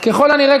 ככל הנראה,